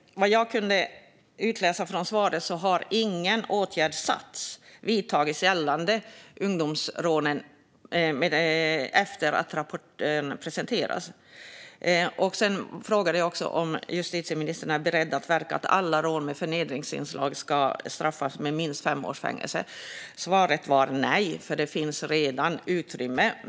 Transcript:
Vad jag kunde utläsa från svaret har ingen åtgärd vidtagits gällande ungdomsrånen efter att rapporten presenterades. Jag frågade också om justitieministern är beredd att verka för att alla rån med förnedringsinslag ska straffas med minst fem års fängelse. Svaret var nej, för det finns redan utrymme.